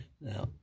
Now